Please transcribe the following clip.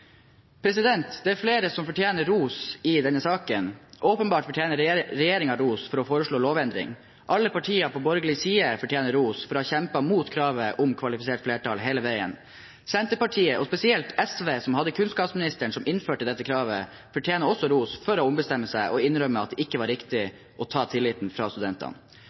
Det er flere som fortjener ros i denne saken. Regjeringen fortjener åpenbart ros for å foreslå lovendring. Alle partier på borgerlig side fortjener ros for å ha kjempet imot kravet om kvalifisert flertall hele veien. Senterpartiet og spesielt SV, som hadde kunnskapsministeren som innførte dette kravet, fortjener også ros for å ha ombestemt seg og for å innrømme at det ikke var riktig å ta tilliten fra studentene.